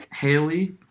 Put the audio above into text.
Haley